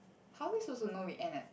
how are we suppose to know we end uh